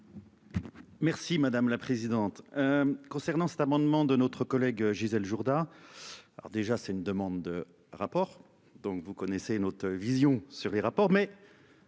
Merci madame la présidente. Concernant cet amendement de notre collègue Gisèle Jourda. Alors déjà c'est une demande de rapport, donc vous connaissez notre vision sur les rapports mais.